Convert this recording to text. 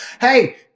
Hey